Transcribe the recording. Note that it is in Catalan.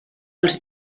els